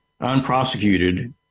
unprosecuted